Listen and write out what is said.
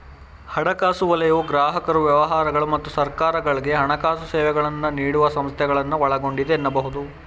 ಹಣಕಾಸು ವಲಯವು ಗ್ರಾಹಕರು ವ್ಯವಹಾರಗಳು ಮತ್ತು ಸರ್ಕಾರಗಳ್ಗೆ ಹಣಕಾಸು ಸೇವೆಗಳನ್ನ ನೀಡುವ ಸಂಸ್ಥೆಗಳನ್ನ ಒಳಗೊಂಡಿದೆ ಎನ್ನಬಹುದು